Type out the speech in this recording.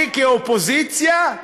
אני כאופוזיציה,